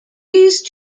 these